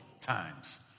times